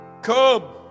come